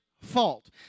fault